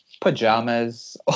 pajamas